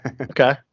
Okay